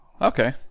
Okay